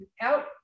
out